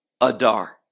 adar